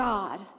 God